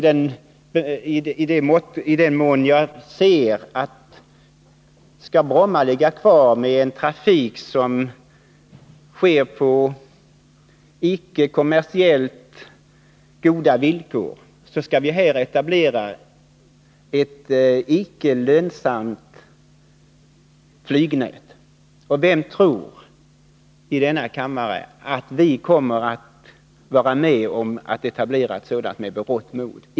Jag själv är realist och inser att en flygtrafik på Bromma på icke kommersiellt goda villkor innebär att vi etablerar ett olönsamt flygnät. Är det någon i denna kammare som tror att vi med berått mod kommer att vara med om det?